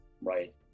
right